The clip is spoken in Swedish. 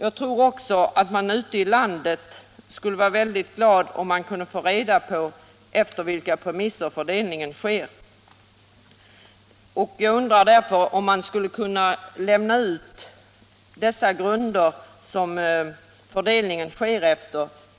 Jag tror också att man ute i landet skulle vara mycket glad om man kunde få veta efter vilka principer fördelningen sker. Jag undrar därför om det går att lämna uppgifter om de grunder efter vilka fördelningen sker